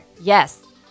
Yes